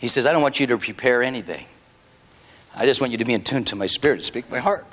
he says i don't want you to prepare anything i just want you to be in tune to my spirit speak my heart